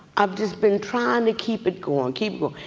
i've just been trying to keep it going, keep